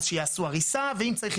אז שיעשו הריסה ואם צריך,